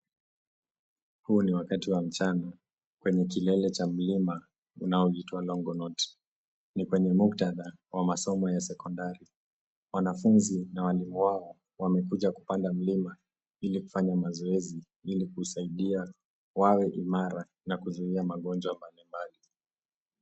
Huu ni wakati wa mchana kwenye kilele cha mlima unaoitwa Longonot. Ni kwenye muktadha wa masomo ya sekondari. Wanafunzi na walimu wao wamekuja kupanda mlima ili kufanya mazoezi, ili kusaidia wawe imara na kuzuiza magonjwa mbalimbali.